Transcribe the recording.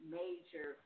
major